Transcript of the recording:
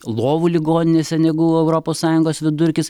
lovų ligoninėse negu europos sąjungos vidurkis